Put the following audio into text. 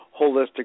holistic